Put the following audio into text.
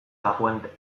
lafuente